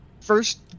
first